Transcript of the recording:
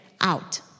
out